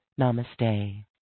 namaste